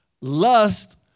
Lust